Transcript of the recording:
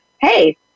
hey